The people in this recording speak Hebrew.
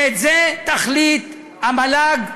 ואת זה תחליט המל"ג,